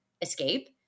escape